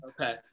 okay